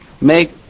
make